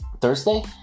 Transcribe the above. Thursday